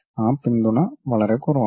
ആ പിന്തുണ വളരെ കുറവാണ്